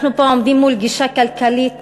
אנחנו עומדים פה מול גישה כלכלית